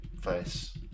face